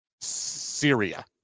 Syria